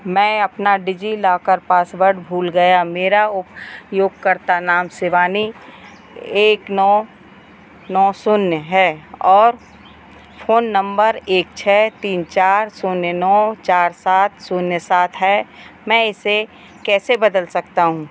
मैं अपना DigiLocker password भूल गया मेरा उप योगकर्ता नाम शिवानी एक नौ नौ शून्य है और फोन नंबर एक छः तीन चार शून्य नौ चार सात शून्य सात है मैं इसे कैसे बदल सकता हूँ